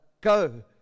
Go